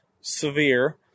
severe